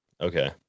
okay